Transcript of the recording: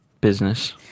business